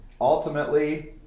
ultimately